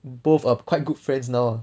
both err quite good friends now